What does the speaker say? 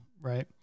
right